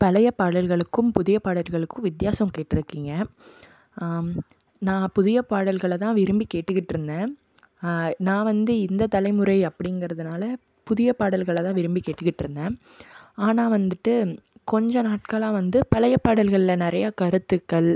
பழையப் பாடல்களுக்கும் புதியப் பாடல்களுக்கும் வித்தியாசம் கேட்டிருக்கீங்க நான் புதியப் பாடல்களைதான் விரும்பி கேட்டுக்கிட்டிருந்தேன் நான் வந்து இந்த தலைமுறை அப்படிங்குறதுனால புதியப் பாடல்களைதான் விரும்பி கேட்டுக்கிட்டிருந்தேன் ஆனால் வந்துட்டு கொஞ்ச நாட்களாக வந்து பழையப் பாடல்களில் நிறையா கருத்துக்கள்